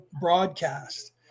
broadcast